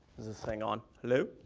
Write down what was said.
is this thing on? hello?